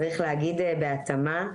צריך להגיד להתאמה,